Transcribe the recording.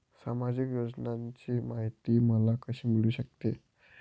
सामाजिक योजनांची माहिती मला कशी मिळू शकते?